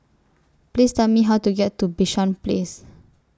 Please Tell Me How to get to Bishan Place